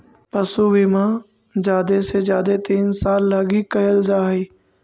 पशु बीमा जादे से जादे तीन साल लागी कयल जा हई